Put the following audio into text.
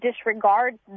disregard